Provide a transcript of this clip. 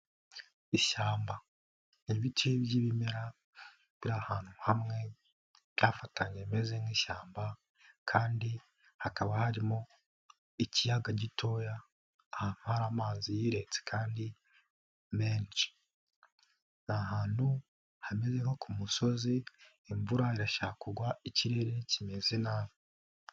Ishyamba ibice by'ibimera biri ahantu hamwe byafatanye bimeze nk'ishyamba kandi hakaba harimo ikiyaga gitoya ahantu hari amazi yiretse kandi menshi, ni ahantu hameze nko ku musozi imvura irashaka kugwa ikirere kimeze nabi.